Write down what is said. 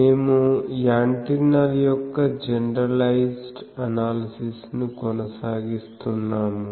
మేము యాంటెన్నాల యొక్క జనరలైజ్డ్ అనాలసిస్ ను కొనసాగిస్తున్నాము